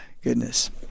goodness